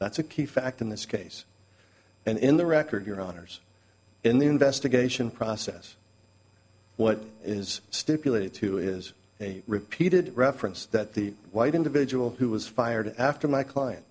that's a key fact in this case and in the record your honour's in the investigation process what is stipulated to is a repeated reference that the white individual who was fired after my client